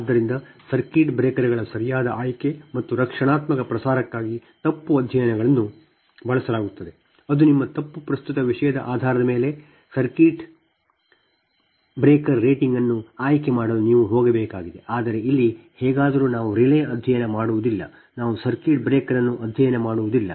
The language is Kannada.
ಆದ್ದರಿಂದ ಸರ್ಕ್ಯೂಟ್ ಬ್ರೇಕರ್ಗಳ ಸರಿಯಾದ ಆಯ್ಕೆ ಮತ್ತು ರಕ್ಷಣಾತ್ಮಕ ಪ್ರಸಾರಕ್ಕಾಗಿ ತಪ್ಪು ಅಧ್ಯಯನಗಳನ್ನು ಬಳಸಲಾಗುತ್ತದೆ ಅದು ನಿಮ್ಮ ತಪ್ಪು ಪ್ರಸ್ತುತ ವಿಷಯದ ಆಧಾರದ ಮೇಲೆ ಸರ್ಕ್ಯೂಟ್ ಬ್ರೇಕರ್ ರೇಟಿಂಗ್ ಅನ್ನು ಆಯ್ಕೆ ಮಾಡಲು ನೀವು ಹೋಗಬೇಕಾಗಿದೆ ಆದರೆ ಇಲ್ಲಿ ಹೇಗಾದರೂ ನಾವು ರಿಲೇ ಅಧ್ಯಯನ ಮಾಡುವುದಿಲ್ಲ ನಾವು ಸರ್ಕ್ಯೂಟ್ ಬ್ರೇಕರ್ ಅನ್ನು ಅಧ್ಯಯನ ಮಾಡುವುದಿಲ್ಲ